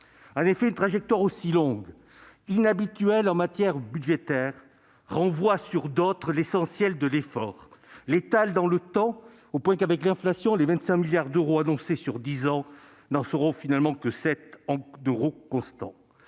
En effet, une trajectoire aussi longue, inhabituelle en matière budgétaire, renvoie sur d'autres l'essentiel de l'effort et l'étale dans le temps, au point qu'avec l'inflation les 25 milliards d'euros annoncés sur dix ans n'en seront finalement que 7 milliards en euros constants.